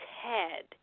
head